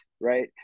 right